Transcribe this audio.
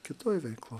kitoj veikloj